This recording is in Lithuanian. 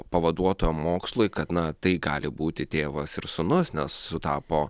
pavaduotojo mokslui kad na tai gali būti tėvas ir sūnus nes sutapo